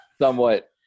somewhat